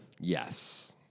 Yes